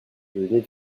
venez